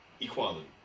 equality